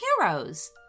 heroes